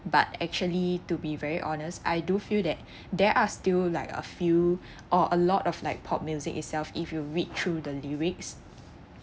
but actually to be very honest I do feel that there are still like a few or a lot of like pop music itself if you read through the lyrics